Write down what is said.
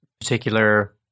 particular